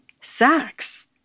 sex